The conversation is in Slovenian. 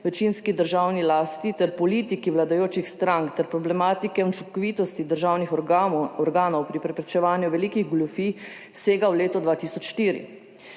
večinski državni lasti ter politiki vladajočih strank ter problematike učinkovitosti državnih organov pri preprečevanju velikih goljufij sega v leto 2004.